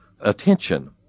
attention